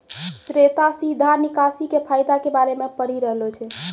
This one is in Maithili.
श्वेता सीधा निकासी के फायदा के बारे मे पढ़ि रहलो छै